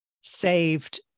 saved